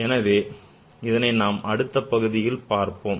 ஆகவே இதனை நாம் அடுத்த பகுதியில் பார்ப்போம்